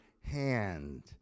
hand